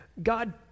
God